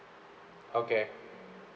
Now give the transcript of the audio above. okay